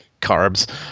carbs